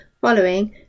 following